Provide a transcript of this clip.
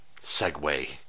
segue